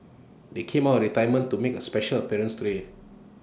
they came out of retirement to make A special appearance today